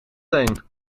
teen